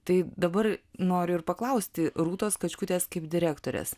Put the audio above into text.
tai dabar noriu ir paklausti rūtos kačkutės kaip direktorės